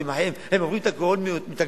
כי הם עוברים את הגבול,